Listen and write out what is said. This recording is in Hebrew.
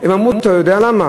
הם אמרו: אתה יודע למה?